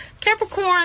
Capricorn